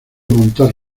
montar